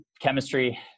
chemistry